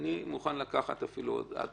אני מוכן לקחת עוד